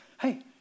hey